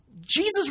Jesus